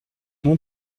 mon